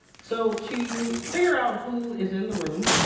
so to figure out who is in the room,